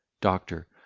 Doctor